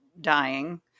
dying